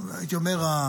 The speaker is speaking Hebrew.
הייתי אומר,